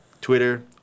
Twitter